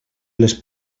les